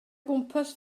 gwmpas